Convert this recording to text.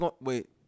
Wait